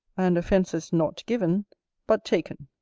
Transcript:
and offences not given but taken.